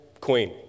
queen